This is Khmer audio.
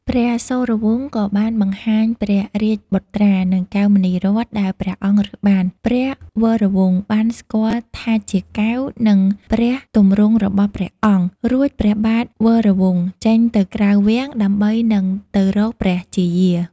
ព្រះសូរវង្សក៏បានបង្ហាញព្រះរាជបុត្រា និងកែវមណីរតន៍ដែលព្រះអង្គរើសបាន។ ព្រះវរវង្សបានស្គាល់ថាជាកែវ និងព្រះទម្រង់របស់ព្រះអង្គ រួចព្រះបាទវរវង្ស ចេញទៅក្រៅវាំងដើម្បីនឹងទៅរកព្រះជាយា។